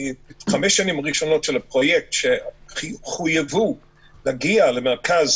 חמש שנים ראשונות של הפרויקט חייבו להגיע למרכז